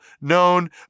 known